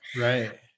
Right